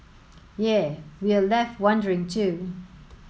yea we're left wondering too